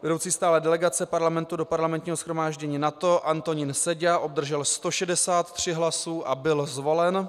Vedoucí stálé delegace Parlamentu do Parlamentního shromáždění NATO Antonín Seďa obdržel 163 hlasy a byl zvolen.